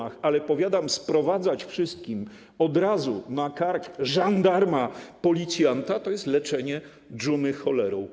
Ale powiadam: sprowadzać wszystkim od razu na kark żandarma, policjanta, to jest leczenie dżumy cholerą.